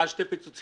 בעל שתי פיצוציות,